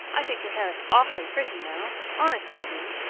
i think your hair is awfully pretty now honest i do.